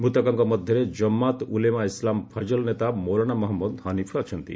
ମୃତକଙ୍କ ମଧ୍ୟରେ ଜମାତ୍ ଉଲେମା ଇସ୍ଲାମ ଫକଲ୍ ନେତା ମୌଲନା ମହଞ୍ଜଦ ହନିଫ୍ ଅଛନ୍ତି